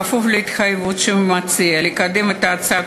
כפוף להתחייבות של המציע לקדם את הצעת